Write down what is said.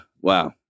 wow